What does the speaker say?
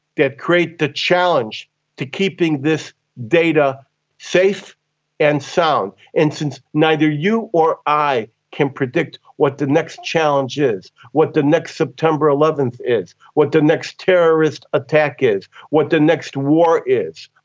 that create the challenge to keeping this data safe and sound. and since neither you nor i can predict what the next challenge is, what the next september eleven is, what the next terrorist attack is, what the next war is,